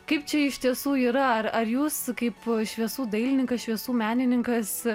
kaip čia iš tiesų yra ar ar jūs kaip šviesų dailininkas šviesų menininkas